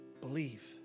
believe